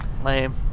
Lame